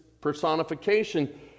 personification